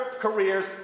careers